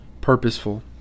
purposeful